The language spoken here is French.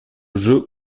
jeu